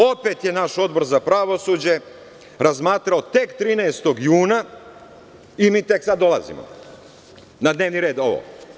Opet je naš Odbor za pravosuđe razmatrao tek 13. juna, i tek sad dolazi na dnevni red ovo.